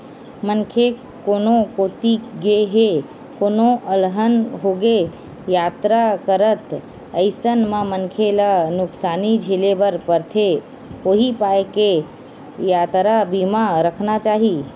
मनखे कोनो कोती गे हे कोनो अलहन होगे यातरा करत अइसन म मनखे ल नुकसानी झेले बर परथे उहीं पाय के यातरा बीमा रखना चाही